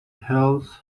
health